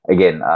Again